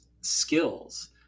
skills